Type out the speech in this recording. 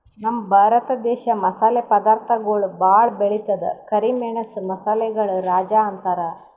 ನಮ್ ಭರತ ದೇಶ್ ಮಸಾಲೆ ಪದಾರ್ಥಗೊಳ್ ಭಾಳ್ ಬೆಳಿತದ್ ಕರಿ ಮೆಣಸ್ ಮಸಾಲೆಗಳ್ ರಾಜ ಅಂತಾರ್